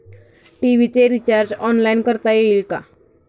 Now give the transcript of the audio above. TV चे recharge online करता येईल का?